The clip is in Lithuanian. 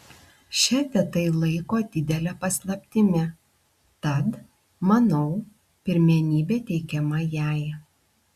šefė tai laiko didele paslaptimi tad manau pirmenybė teikiama jai